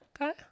Okay